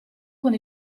con